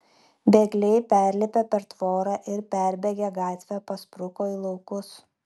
bėgliai perlipę per tvorą ir perbėgę gatvę paspruko į laukus